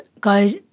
go